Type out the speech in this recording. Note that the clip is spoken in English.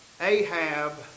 Ahab